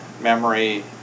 memory